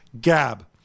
gab